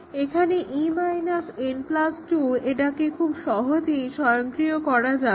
এখন e n 2 এটাকে খুব সহজেই স্বয়ংক্রিয় করা যাবে